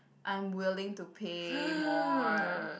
I am willing to pay more